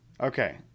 Okay